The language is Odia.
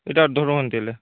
ଏଟା ହେମିତି ହେଲେ